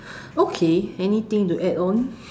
okay anything to add on